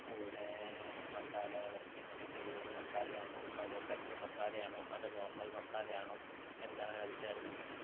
അതുപോലെ മസാലകൾ എങ്ങനെ പെരി പെരി മസാലയാണോ അതോ പെപ്പർ മസാലയാണോ അതോ നോർമൽ മസാലയാണോ എന്താണ് അതിനകത്ത് ചേർക്കുന്നത്